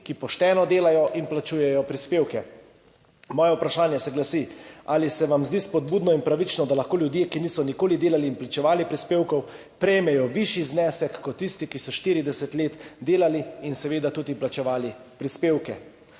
ki pošteno delajo in plačujejo prispevke. Moje vprašanja se glasijo: Ali se vam zdi spodbudno in pravično, da lahko ljudje, ki niso nikoli delali in plačevali prispevkov, prejmejo višji znesek kot tisti, ki so 40 let delali in seveda tudi plačevali prispevke?